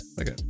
Okay